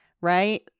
right